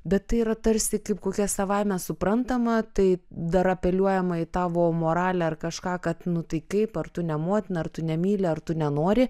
bet tai yra tarsi kaip kokia savaime suprantama tai dar apeliuojama į tavo moralę ar kažką kad nu tai kaip ar tune motina ar tu nemyli ar tu nenori